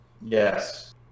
Yes